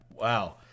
wow